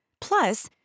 Plus